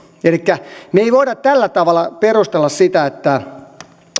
elikkä me emme voi tällä tavalla perustella sitä että